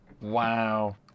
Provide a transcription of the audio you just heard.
Wow